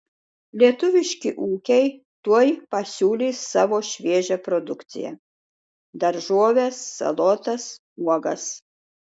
lietuviški ūkiai tuoj pasiūlys savo šviežią produkciją daržoves salotas uogas